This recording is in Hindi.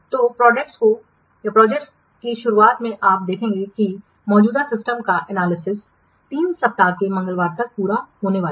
तो प्रोजेक्ट की शुरुआत में अगर आप देखेंगे कि मौजूदा सिस्टम का विश्लेषण 3 सप्ताह के मंगलवार तक पूरा होने वाला है